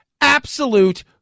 Absolute